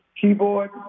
keyboard